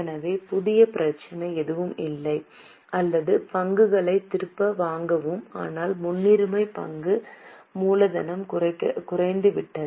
எனவே புதிய பிரச்சினை எதுவும் இல்லை அல்லது பங்குகளை திரும்ப வாங்கவும் ஆனால் முன்னுரிமை பங்கு மூலதனம் குறைந்துவிட்டது